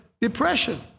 depression